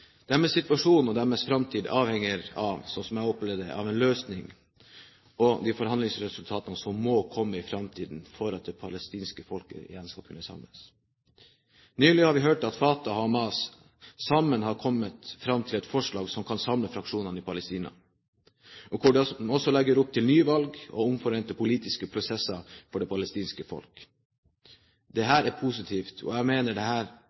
Deres situasjon og deres framtid avhenger av, slik jeg opplever det, de løsninger og de forhandlingsresultater som må komme i framtiden for at det palestinske folket igjen skal kunne samles. Nylig har vi hørt at Fatah og Hamas sammen har kommet fram til et forslag som kan samle fraksjonene i Palestina, hvor de også legger opp til nyvalg og omforente politiske prosesser for det palestinske folk. Dette er positivt, og jeg mener